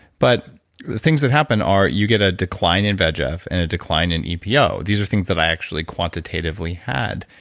but the things that happen are you get a decline in vegf and a decline in epo. these are things that i actually quantitatively had,